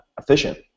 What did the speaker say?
efficient